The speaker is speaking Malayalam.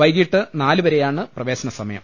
വൈകീട്ട് നാലു വരെയാണ് പ്രവേ ശന സമയം